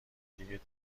دیگه